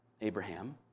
Abraham